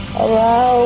Hello